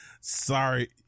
Sorry